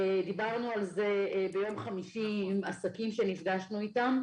דיברנו על זה ביום חמישי עם עסקים שנפגשנו איתם.